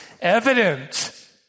evident